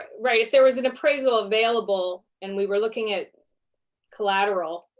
right. if there was an appraisalace available and we were looking at collateral,